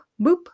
boop